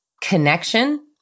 connection